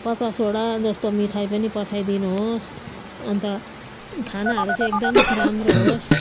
पचासवटा जस्तो मिठाई पनि पठाइदिनु होस् अन्त खानाहरू चाहिँ एकदम राम्रो होस्